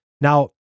Now